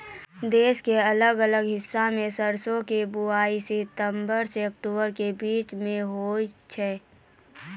देश के अलग अलग हिस्सा मॅ सरसों के बुआई सितंबर सॅ अक्टूबर के बीच मॅ होय छै